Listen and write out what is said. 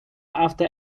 after